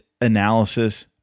analysis